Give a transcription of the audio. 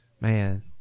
man